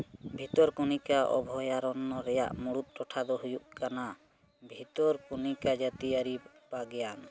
ᱵᱷᱤᱛᱚᱨ ᱠᱚᱱᱤᱠᱟ ᱚᱵᱷᱚᱭᱟᱨᱚᱱᱱᱚ ᱨᱮᱭᱟᱜ ᱢᱩᱬᱩᱫ ᱴᱚᱴᱷᱟ ᱫᱚ ᱦᱩᱭᱩᱜ ᱠᱟᱱᱟ ᱵᱷᱤᱛᱚᱨ ᱠᱚᱱᱤᱠᱟ ᱡᱟᱹᱛᱩᱭᱟᱨᱤ ᱵᱟᱜᱽᱣᱟᱱ